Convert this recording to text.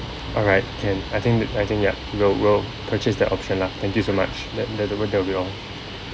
all right can I think the I think ya we'll we'll purchase that option lah thank you so much let let the world